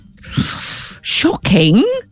shocking